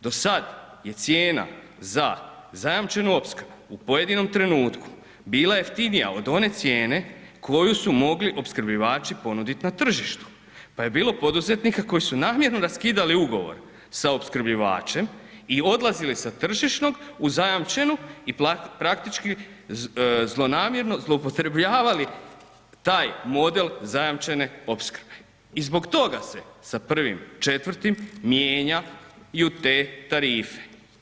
Do sad je cijena za zajamčenu opskrbu u pojedinom trenutku bila jeftinija od one cijene koju su mogli opskrbljivači ponudit na tržištu, pa je bilo poduzetnika koji su namjerno raskidali ugovor sa opskrbljivačem i odlazili sa tržišnog u zajamčenu i praktički zlonamjerno zloupotrebljavali taj model zajamčene opskrbe i zbog toga se sa 1.4. mijenjaju te tarife.